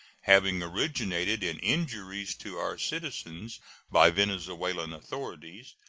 having originated in injuries to our citizens by venezuelan authorities,